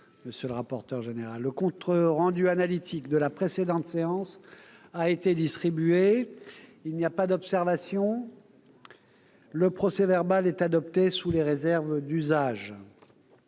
La séance est ouverte. Le compte rendu analytique de la précédente séance a été distribué. Il n'y a pas d'observation ?... Le procès-verbal est adopté sous les réserves d'usage.